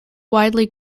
widely